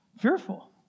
fearful